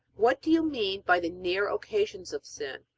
what do you mean by the near occasions of sin?